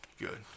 Good